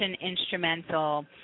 instrumental